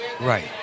Right